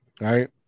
right